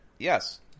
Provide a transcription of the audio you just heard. Yes